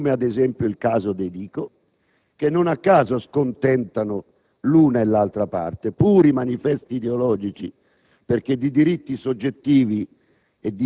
come ad esempio per i DICO, che non a caso scontentano l'una e l'altra parte; puri manifesti ideologici, perché in tema di diritti soggettivi